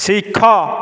ଶିଖ